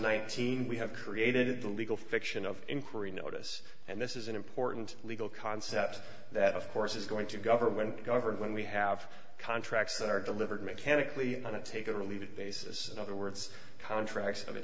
nineteen we have created the legal fiction of inquiry notice and this is an important legal concept that of course is going to government government when we have contracts that are delivered mechanically and i don't take it or leave it basis in other words contracts of